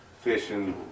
fishing